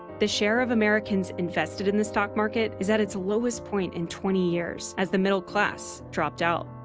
the share of americans invested in the stock market is at its lowest point in twenty years, as the middle class dropped out.